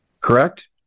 Correct